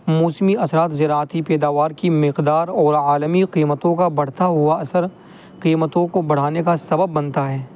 موسمی اثرات زراعتی پیداوار کی مقدار اور عالمی قیمتوں کا بڑھتا ہوا اثر قیمتوں کو بڑھانے کا سبب بنتا ہے